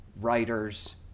writers